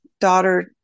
daughter